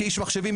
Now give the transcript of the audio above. כאיש מחשבים,